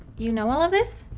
you know all of this?